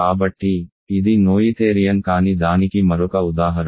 కాబట్టి ఇది నోయిథేరియన్ కాని దానికి మరొక ఉదాహరణ